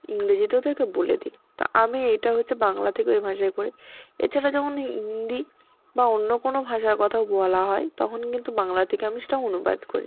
ইংরেজিতে ওদেরকে বলে দিই তো আমি এটা হচ্চে বাংলা থেকে ওই ভাষায় করে এছাড়া যখন হিন্দি বা অন্য কোনো ভাষায় কথা বলা হয় তখন কিন্তু বাংলা থেকে আমি সেটা অনুবাদ করি